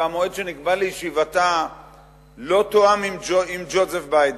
והמועד שנקבע לישיבתה לא תואם עם ג'וזף ביידן,